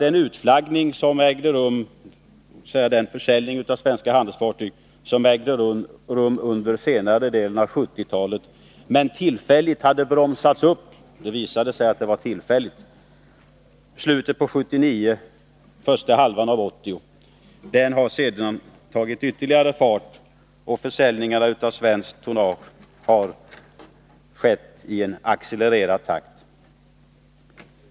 Den utflaggning, dvs. den försäljning av svenska handelsfartyg, som ägde rum under senare delen av 1970-talet men som tillfälligt bromsades upp — det visade sig vara just tillfälligt — i slutet av 1979 och under första halvåret 1980, har därefter tagit ytterligare fart, och utförsäljningen av svenskt tonnage har skett i en accelererad takt.